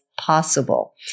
possible